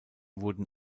wurden